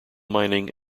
mining